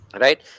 right